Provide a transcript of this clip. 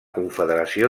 confederació